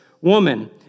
woman